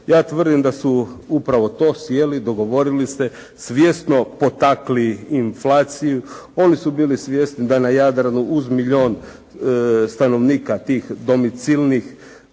Ja tvrdim da su upravo to, sjeli i dogovorili se, svjesno potakli inflaciju. Oni su bili svjesni da na Jadranu uz milijun stanovnika tih domicilnih